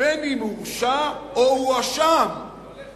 " בין אם הורשע או הואשם, ".